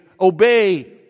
obey